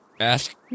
ask